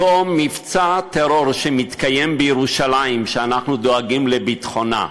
אותו מבצע טרור בירושלים שאנחנו דואגים לביטחונה,